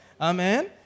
Amen